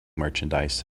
merchandise